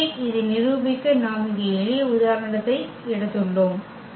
எனவே இதை நிரூபிக்க நாம் இங்கே எளிய உதாரணத்தை எடுத்துள்ளோம்